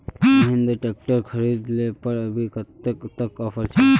Mahindra tractor खरीद ले पर अभी कतेक तक ऑफर छे?